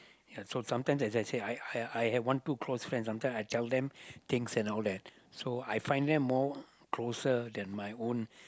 ya so sometimes as I say I I I have one two close friends sometime I tell them things and all that so I find them more closer than my own